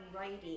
writing